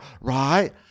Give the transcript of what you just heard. right